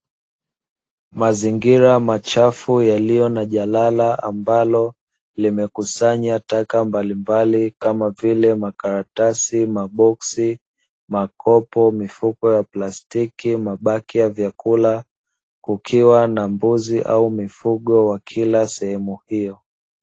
Mazingira machafu yaliyo na jalala, ambalo limekusnya taka mbalimbali, kama vile: makaratasi, maboksi, makopo, mifuko ya plastiki, mabaki ya chakula. Kukiwa na mbuzi au mifugo wakila sehemu hiyo.